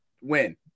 win